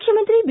ಮುಖ್ಯಮಂತ್ರಿ ಬಿ